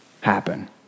happen